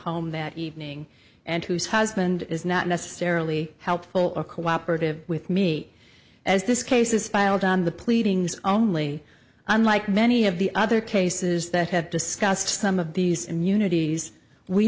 home that evening and whose husband is not necessarily helpful or cooperative with me as this case is filed on the pleadings only unlike many of the other cases that have discussed some of these immunities we